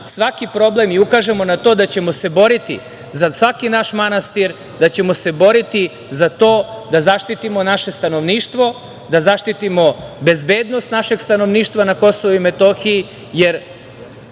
svaki problem i ukažemo na to da ćemo se boriti za svaki naš manastir, da ćemo se boriti za to da zaštitimo naše stanovništvo, da zaštitimo bezbednost našeg stanovništva na Kosovu i Metohiji, jer